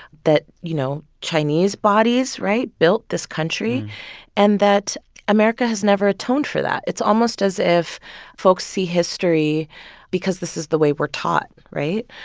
that, you know, chinese bodies right? built this country and that america has never atoned for that. it's almost as if folks see history because this is the way we're taught, right?